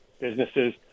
businesses